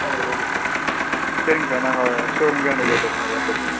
okay sir சரிங் sir நாங்கள் show ரூமுகே வந்து கேட்டுக்கிறோம் ஏதாவது பிரச்சினைன்னா